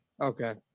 Okay